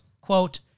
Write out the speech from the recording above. quote